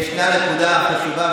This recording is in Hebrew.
ישנה נקודה חשובה,